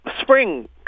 Spring